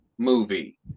Movie